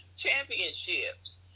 Championships